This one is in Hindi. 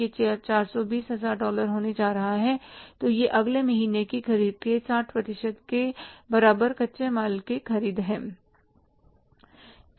यह 420 हजार डॉलर होने जा रहा है तो यह अगले महीने की ख़रीद के 60 प्रतिशत के बराबर कच्चे माल की ख़रीद है